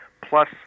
Plus